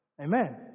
amen